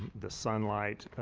the sunlight